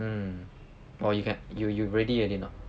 mm or you can you you ready already not